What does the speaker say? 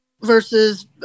Versus